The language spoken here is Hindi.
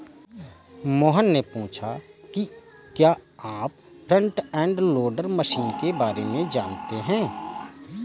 मोहन ने पूछा कि क्या आप फ्रंट एंड लोडर मशीन के बारे में जानते हैं?